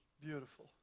Beautiful